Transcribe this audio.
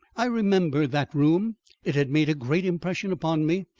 i remembered that room it had made a great impression upon me,